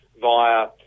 via